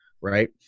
right